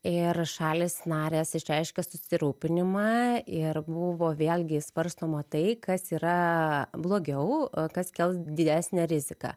ir šalys narės išreiškė susirūpinimą ir buvo vėlgi svarstoma tai kas yra blogiau a kas kels didesnę riziką